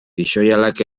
pixoihalak